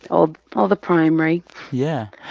all all the primary yeah.